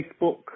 Facebook